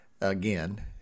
again